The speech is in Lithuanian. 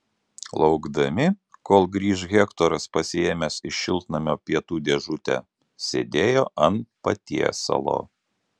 laukdami kol grįš hektoras pasiėmęs iš šiltnamio pietų dėžutę sėdėjo ant patiesalo